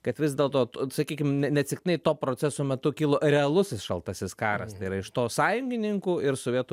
kad vis dėl to sakykim ne neatsitiktinai to proceso metu kilo realus šaltasis karas tai yra iš to sąjungininkų ir sovietų